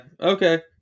okay